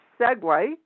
segue